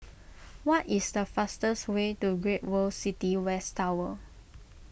what is the fastest way to Great World City West Tower